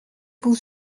vous